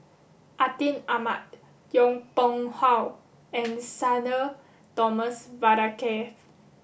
Atin Amat Yong Pung How and Sudhir Thomas Vadaketh